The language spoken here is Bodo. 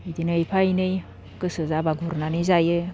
बिदिनो एफा इनै गोसो जाबा गुरनानै जायो